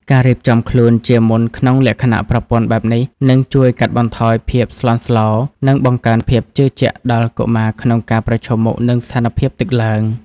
ការរៀបចំខ្លួនជាមុនក្នុងលក្ខណៈប្រព័ន្ធបែបនេះ នឹងជួយកាត់បន្ថយភាពស្លន់ស្លោ និងបង្កើនភាពជឿជាក់ដល់កុមារក្នុងការប្រឈមមុខនឹងស្ថានភាពទឹកឡើង។